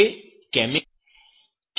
તે કેમિકલ નો અર્થ શું છે